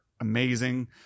amazing